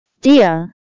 Dear